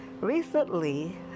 Recently